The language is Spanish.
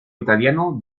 italiano